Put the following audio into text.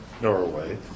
Norway